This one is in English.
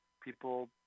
people